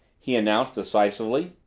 he announced decisively.